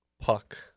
Puck